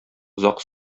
озак